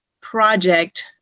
project